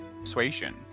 persuasion